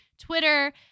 Twitter